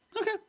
Okay